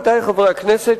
עמיתי חברי הכנסת,